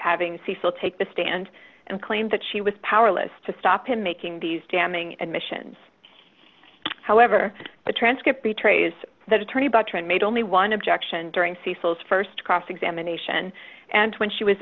having cecil take the stand and claimed that she was powerless to stop him making these damning admissions however the transcript betrays that attorney but trent made only one objection during cecil's st cross examination and when she was